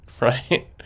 right